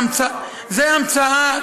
זו המצאה.